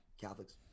Catholics